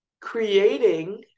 Creating